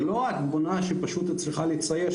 זה לא התמונה שצריכה להצטייר,